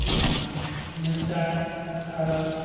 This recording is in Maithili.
मिरचाइ फड़ल